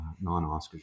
non-oscars